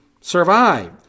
survive